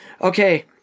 Okay